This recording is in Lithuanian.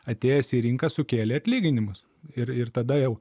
atėjęs į rinką sukėlė atlyginimus ir ir tada jau